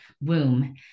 womb